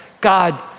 God